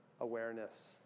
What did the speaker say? awareness